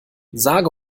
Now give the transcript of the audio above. sage